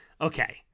okay